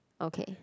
okay